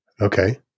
Okay